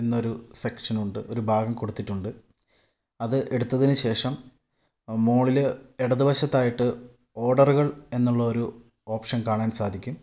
എന്നൊരു സെക്ഷനുണ്ട് ഒരു ഭാഗം കൊടുത്തിട്ടുണ്ട് അത് എടുത്തതിനു ശേഷം മോളിൽ ഇടതുവശത്തായിട്ട് ഓഡറുകൾ എന്നുള്ളൊരു ഓപ്ഷൻ കാണാൻ സാധിക്കും